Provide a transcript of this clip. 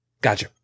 Gotcha